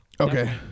okay